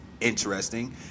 interesting